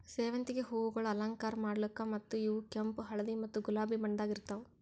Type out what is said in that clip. ಸೇವಂತಿಗೆ ಹೂವುಗೊಳ್ ಅಲಂಕಾರ ಮಾಡ್ಲುಕ್ ಮತ್ತ ಇವು ಕೆಂಪು, ಹಳದಿ ಮತ್ತ ಗುಲಾಬಿ ಬಣ್ಣದಾಗ್ ಇರ್ತಾವ್